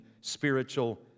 spiritual